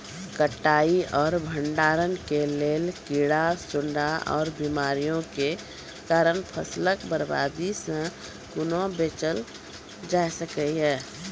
कटाई आर भंडारण के लेल कीड़ा, सूड़ा आर बीमारियों के कारण फसलक बर्बादी सॅ कूना बचेल जाय सकै ये?